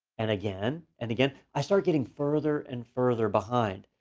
and again, and again, i start getting further and further behind.